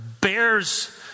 Bears